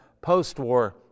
post-war